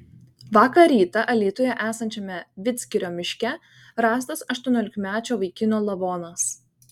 vakar rytą alytuje esančiame vidzgirio miške rastas aštuoniolikmečio vaikino lavonas